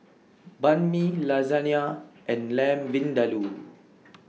Banh MI Lasagne and Lamb Vindaloo